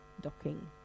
docking